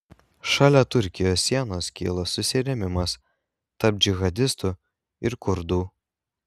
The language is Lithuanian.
šalia turkijos sienos kilo susirėmimas tarp džihadistų ir kurdų